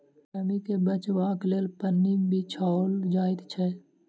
नमीं के बचयबाक लेल पन्नी बिछाओल जाइत छै